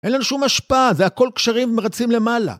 אין לנו שום השפעה, זה הכל קשרים ומרצים למעלה.